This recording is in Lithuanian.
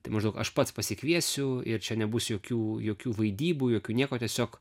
tai maždaug aš pats pasikviesiu ir čia nebus jokių jokių vaidybų jokių nieko tiesiog